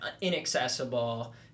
inaccessible